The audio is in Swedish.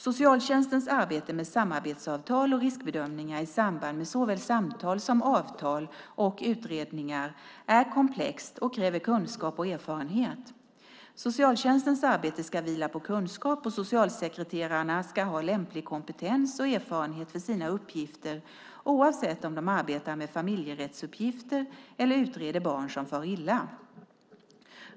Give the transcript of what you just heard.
Socialtjänstens arbete med samarbetssamtal och riskbedömningar i samband med såväl samtal som avtal och utredningar är komplext och kräver kunskap och erfarenhet. Socialtjänstens arbete ska vila på kunskap, och socialsekreterarna ska ha lämplig kompetens och erfarenhet för sina uppgifter oavsett om de arbetar med familjerättsuppgifter eller utreder barn som far illa.